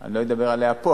שאני לא אדבר עליה פה,